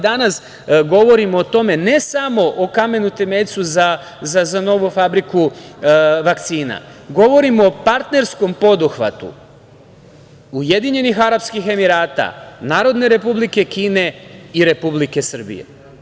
Danas govorimo o tome ne samo o kamenu temeljcu za novu fabriku vakcina, govorimo o partnerskom poduhvatu UAE, Narodne Republike Kine i Republike Srbije.